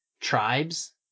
tribes